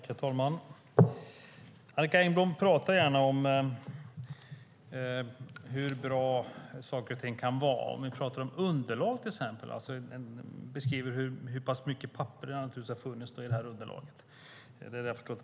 Herr talman! Annicka Engblom talar gärna om hur bra saker och ting kan vara. Om vi till exempel talar om underlag beskriver hon hur mycket papper det naturligtvis har funnits till underlaget.